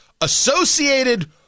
Associated